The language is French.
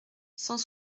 cent